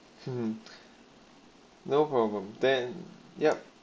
mm no problem then yup